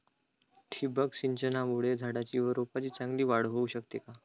ठिबक सिंचनामुळे झाडाची व रोपांची चांगली वाढ होऊ शकते का?